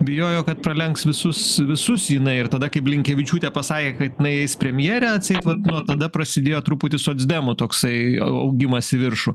bijojo kad pralenks visus visus jinai ir tada kai blinkevičiūtė pasakė kad jinai eis premjere atseit nuo tada prasidėjo truputį socdemų toksai augimas į viršų